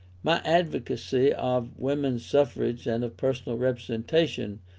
my advocacy of women's suffrage and of personal representation,